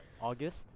August